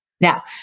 Now